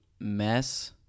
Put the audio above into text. mess